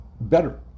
better